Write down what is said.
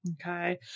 Okay